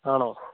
ആണോ